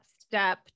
step